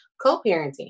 co-parenting